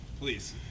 Please